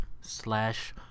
slash